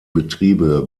betriebe